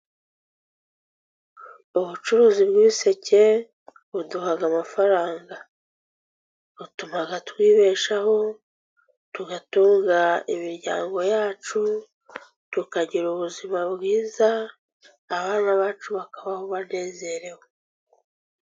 Ubucuruzi bw'ibiseke buduha amafaranga, butuma twibeshaho tugatunga imiryango yacu tukagira ubuzima bwiza, abana bacu bakabaho banezerewe.